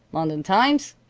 london times?